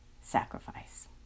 sacrifice